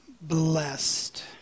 blessed